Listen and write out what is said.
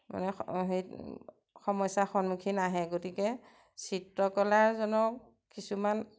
মানে সেই সমস্যাৰ সন্মুখীন আহে গতিকে চিত্ৰকলাজনক কিছুমান